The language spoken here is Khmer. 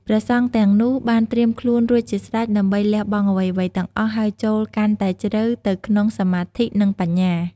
ព្រះសង្ឃទាំងនោះ បានត្រៀមខ្លួនរួចជាស្រេចដើម្បីលះបង់អ្វីៗទាំងអស់ ហើយចូលកាន់តែជ្រៅទៅក្នុងសមាធិ និងបញ្ញា។